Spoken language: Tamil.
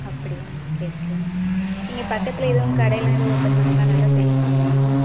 அப்படியா ஓகே ஓகே இங்கே பக்கத்தில் எதுவும் கடை எல்லாம் எதுவும் ஓபன் பண்ணம்ன்னா நல்லா சேல்ஸ் ஆகுமா